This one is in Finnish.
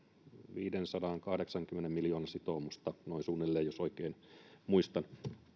viidensadankahdeksankymmenen miljoonan sitoumusta noin suunnilleen jos oikein muistan